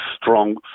strong